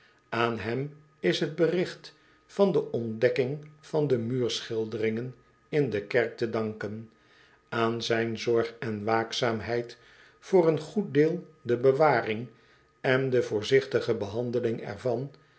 aan hem is het berigt van de ontdekking van de muurschilderingen in de kerk te danken aan zijn zorg en waakzaamheid voor een goed deel de bewaring en de voorzigtige behandeling er